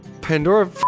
pandora